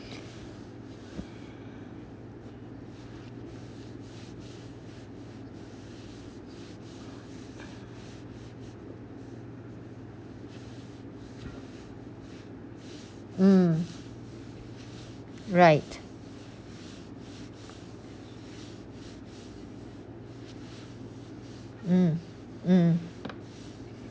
mm right mm mm